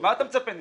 מה אתה מצפה ממני,